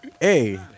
Hey